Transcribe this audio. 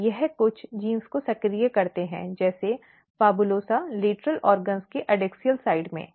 और वे कुछ जीन को सक्रिय करते हैं जैसे PHABULOSA लेटरल अंगों के एडैक्सियल साइड में